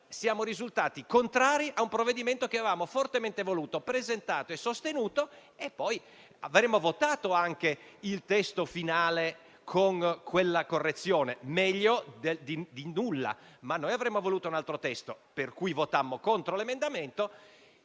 siamo risultati contrari a un provvedimento che avevamo fortemente voluto, presentato e sostenuto e del quale avremmo votato anche il testo finale con quella correzione: meglio di nulla, ma noi avremmo voluto un altro testo. Pertanto, votammo contro l'emendamento,